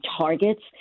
targets